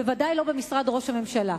בוודאי לא במשרד ראש הממשלה.